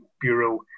Bureau